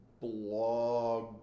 Blog